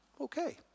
Okay